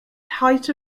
height